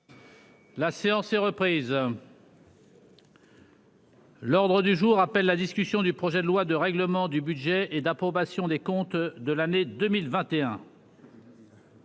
La séance est reprise. L'ordre du jour appelle la discussion du projet de loi de règlement du budget et d'approbation des comptes de l'année 2021.